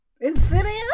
Insidious